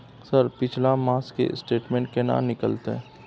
Sir पिछला मास के स्टेटमेंट केना निकलते?